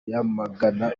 yamagana